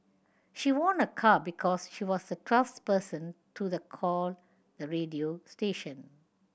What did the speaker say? she won a car because she was the twelfth person to the call the radio station